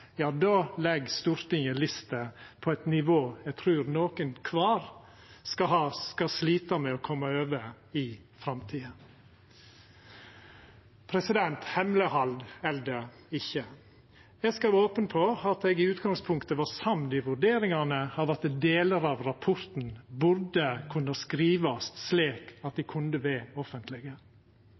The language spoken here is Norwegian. då legg Stortinget lista på eit nivå eg trur nokon kvar skal slita med å koma over i framtida. Hemmeleghald eller ikkje: Eg skal vera open om at eg i utgangspunktet var samd i vurderingane av at delar av rapporten burde kunne skrivast slik at dei kunne verta offentlege.